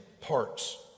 parts